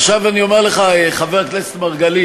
עכשיו אני אומר לך, חבר הכנסת מרגלית,